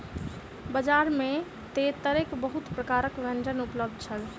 बजार में तेतैरक बहुत प्रकारक व्यंजन उपलब्ध छल